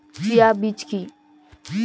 Chia বীজ কী?